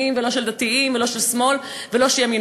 ולא של דתיים ולא של שמאל ולא של ימין.